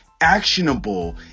actionable